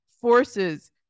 forces